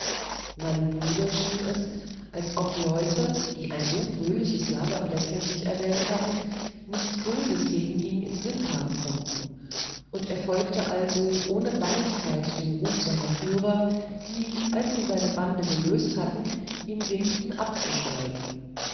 meinem bruder schien es als ob leute die ein so fröhliches lagerplätzchen sich erwählt hatten nichts böses gegen ihn im sinn haben könnten und er folgte also ohne bangigkeit dem ruf seiner führer die als sie seine bande gelöst hatten ihm winkten abzusteigen